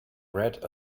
bread